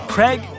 Craig